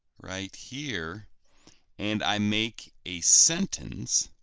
right here and i make a sentence